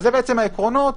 אלה העקרונות.